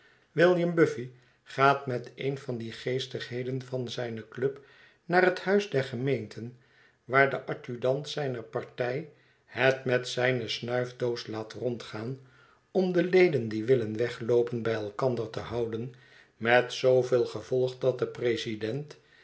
william buffy gaat met een van die geestigheden van zijne club naar het huis der gemeenten waar de adjudant zijner partij het met zijne snuifdoos laat rondgaan om de leden die willen wegloopen bij elkander te houden met zooveel gevolg dat de president